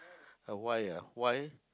why ah why